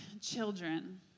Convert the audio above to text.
children